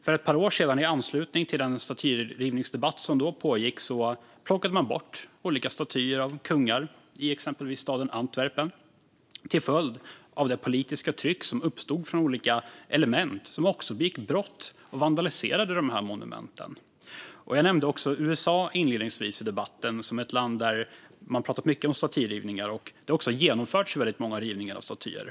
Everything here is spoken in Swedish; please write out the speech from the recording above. För ett par år sedan och i anslutning till den statyrivningsdebatt som då pågick plockade man bort olika statyer av kungar i till exempel staden Antwerpen till följd av det politiska tryck som uppstod från olika element. Man begick också brott och vandaliserade dessa monument. Inledningsvis i debatten nämnde jag USA som exempel på ett land där man pratat mycket om statyrivningar och där det också genomförts många rivningar av statyer.